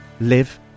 live